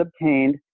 obtained